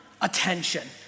attention